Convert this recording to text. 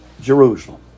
Jerusalem